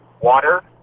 water